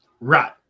Right